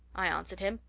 i answered him.